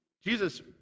Jesus